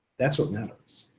that's what matters.